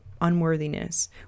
unworthiness